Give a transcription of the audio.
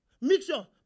Mixture